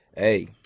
Hey